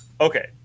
Okay